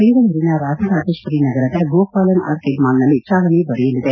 ಬೆಂಗಳೂರಿನ ರಾಜರಾಜೇಶ್ವರಿನಗರದ ಗೋಪಾಲನ್ ಆರ್ಕೆಡ್ ಮಾಲ್ನಲ್ಲಿ ಚಾಲನೆ ದೊರೆಯಲಿದೆ